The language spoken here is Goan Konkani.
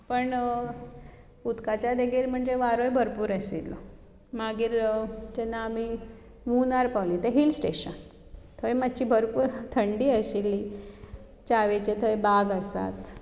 पण उदकाच्या देगेर म्हणचे वारोय भरपूर आशिल्लो मागीर जेन्ना आमी मूनार पावलीं तें हील स्टॅशन थंय मातशे भरपूर थंडी आशिल्ली च्यावेचे थंय बाग आसात